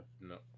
No